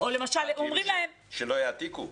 שלא יעתיקו?